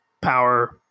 power